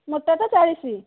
ମୋଟା ତ ଚାଳିଶ